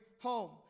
home